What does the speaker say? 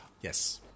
yes